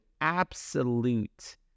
absolute